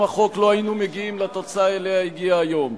החוק לא היינו מגיעים לתוצאה אליה הגיע היום,